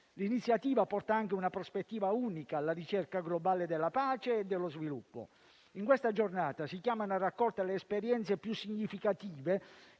L'iniziativa porta anche una prospettiva unica alla ricerca globale della pace e dello sviluppo. In questa giornata si chiamano a raccolta le esperienze più significative,